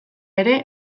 ere